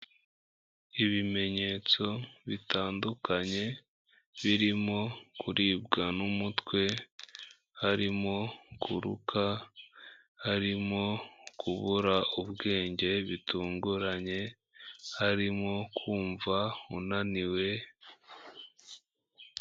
Ibimenyetso bitandukanye, birimo kuribwa n'umutwe, harimo kuruka, harimo kubura ubwenge bitunguranye, harimo kumva unaniwe.